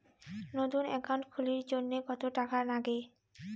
নতুন একাউন্ট খুলির জন্যে কত টাকা নাগে?